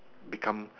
become